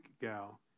gal